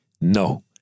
no